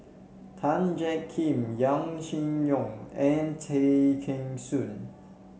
Tan Jiak Kim Yaw Shin Leong and Tay Kheng Soon